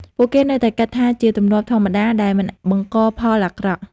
ពួកគេនៅតែគិតថាវាជាទម្លាប់ធម្មតាដែលមិនបង្កផលអាក្រក់។